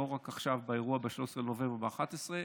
לא רק עכשיו באירוע ב-13 בנובמבר וב-11,